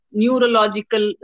neurological